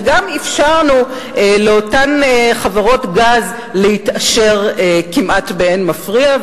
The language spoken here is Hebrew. וגם אפשרנו לאותן חברות גז להתעשר כמעט באין מפריע.